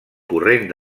corrent